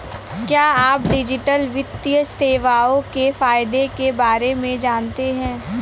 क्या आप डिजिटल वित्तीय सेवाओं के फायदों के बारे में जानते हैं?